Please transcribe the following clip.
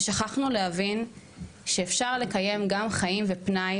ושכחנו להבין שאפשר לקיים גם חיים ופנאי